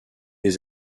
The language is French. des